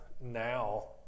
now